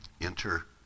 enter